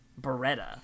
Beretta